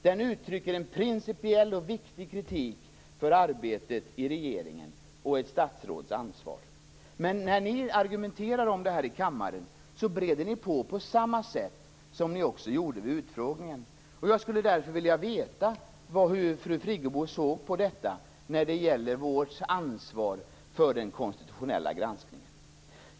Den uttrycker en principiell och viktig kritik i fråga om arbetet i regeringen och ett statsråds ansvar. Men när ni argumenterar om detta i kammaren breder ni på precis på samma sätt som ni gjorde vid utfrågningen. Jag skulle därför vilja veta hur fru Friggebo ser på vårt ansvar för den konstitutionella granskningen.